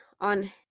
on